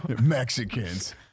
Mexicans